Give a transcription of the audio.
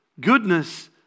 Goodness